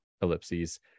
ellipses